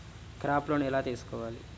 Crop loan ఎలా తీసుకోవాలి?